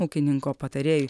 ūkininko patarėjui